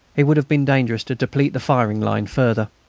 it would have been dangerous to deplete the firing line further.